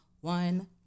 One